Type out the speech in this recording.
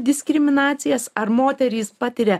diskriminacijas ar moterys patiria